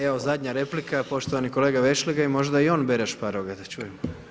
Evo zadnja replika poštovani kolega Vešligaj i možda i on bere šparoge, da čujemo.